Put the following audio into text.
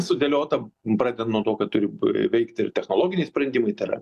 sudėliota pradedant nuo to kad turi ir veikti ir technologiniai sprendimai tai yra